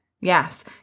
Yes